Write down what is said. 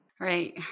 right